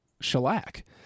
shellac